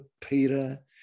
peter